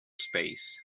space